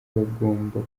bagomba